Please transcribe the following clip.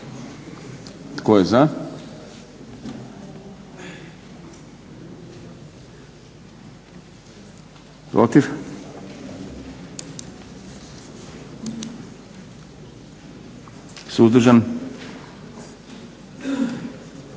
Tko je za? Protiv? Suzdržan?